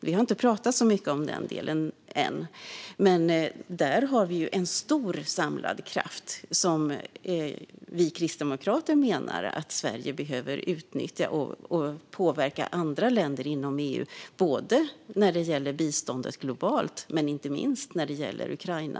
Vi har inte pratat så mycket om den delen än, men där har vi ju en stor samlad kraft som vi kristdemokrater menar att Sverige behöver utnyttja. Vi behöver påverka andra länder inom EU, både när det gäller biståndet globalt och inte minst när det gäller Ukraina.